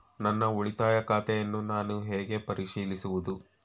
ನನ್ನ ಉಳಿತಾಯ ಖಾತೆಯನ್ನು ನಾನು ಹೇಗೆ ಪರಿಶೀಲಿಸುವುದು?